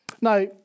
Now